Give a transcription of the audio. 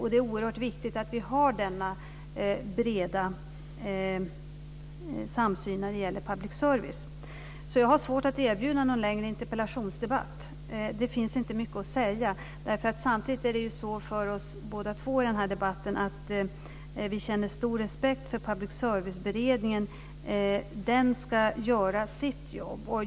Det är oerhört viktigt att vi har denna breda samsyn när det gäller public service. Jag har svårt att erbjuda någon längre interpellationsdebatt. Det finns inte mycket att säga. Vi känner båda två stor respekt för Public service-beredningen. Den ska göra sitt jobb.